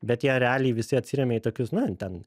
bet jie realiai visi atsiremia į tokius na ten